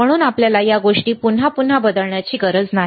म्हणून आपल्याला या गोष्टी पुन्हा पुन्हा बदलण्याची गरज नाही